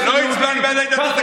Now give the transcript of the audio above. לא הצבענו בעד ההתנתקות.